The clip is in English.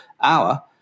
hour